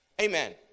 Amen